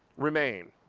remain.